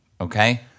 Okay